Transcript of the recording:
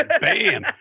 Bam